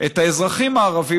את האזרחים הערבים,